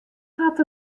hat